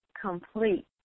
complete